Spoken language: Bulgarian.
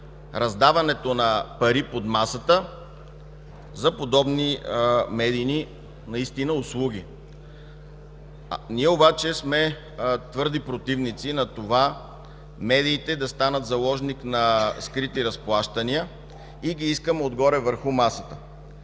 раздаването на пари под масата за подобни медийни услуги. Ние обаче сме твърди противници медиите да станат заложник на скрити разплащания, а ги искаме отгоре, върху масата